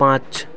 पाँच